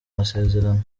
masezerano